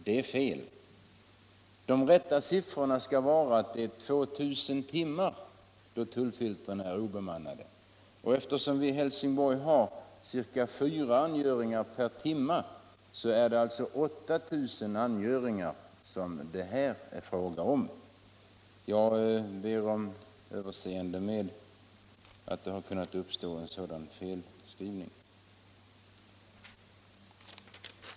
Den riktiga uppgiften är 2 000 timmar, under vilka tullfiltren är obemannade. Eftersom Helsingborg har ca fyra angöringar per timme är det 8 000 angöringar det är fråga om. Jag ber om överseende med att en sådan felskrivning har kunnat uppstå.